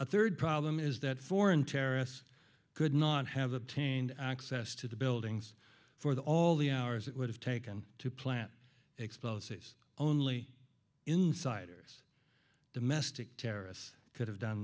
a third problem is that foreign terrorists could not have obtained access to the buildings for the all the hours it would have taken to plant explosives only insiders domestic terrorists could have done